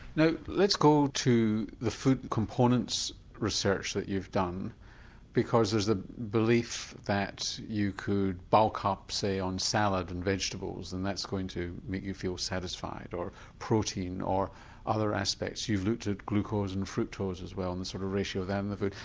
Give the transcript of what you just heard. now let's go now to the food components research that you've done because there's the belief that you could bulk up say on salad and vegetables and that's going to make you feel satisfied or protein, or other aspects. you've looked at glucose and fructose as well and the sort of ratio there in the food,